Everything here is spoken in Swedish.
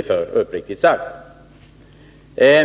sagt är litet orolig för.